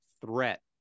threat